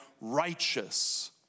righteous